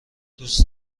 دوست